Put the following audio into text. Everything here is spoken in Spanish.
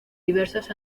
diversas